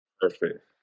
Perfect